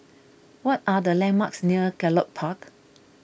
what are the landmarks near Gallop Park